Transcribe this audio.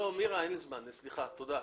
לא, אין לי זמן, סליחה, תודה.